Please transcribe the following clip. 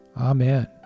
amen